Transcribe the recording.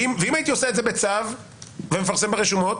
ואם הייתי עושה את זה בצו ומפרסם ברשומות?